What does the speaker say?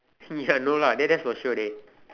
ya no lah dey that's for sure dey